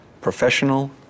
professional